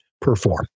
perform